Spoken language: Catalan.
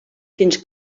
fins